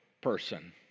person